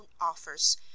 offers